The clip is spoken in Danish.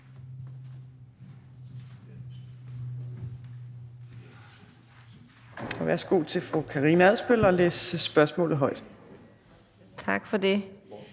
Tak for det.